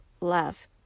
love